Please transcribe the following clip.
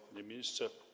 Panie Ministrze!